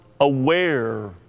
Aware